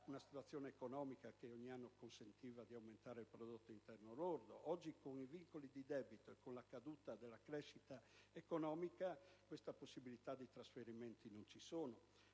una situazione economica che ogni anno consentiva di aumentare il prodotto interno lordo. Oggi, con i vincoli di debito e con la caduta della crescita economica, queste ulteriori possibilità di trasferimento di